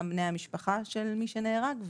גם בני המשפחה של מי שנהרג,